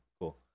cool